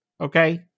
Okay